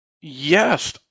Yes